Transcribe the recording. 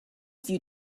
few